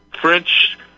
French